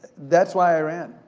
that's why i ran.